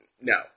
no